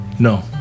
no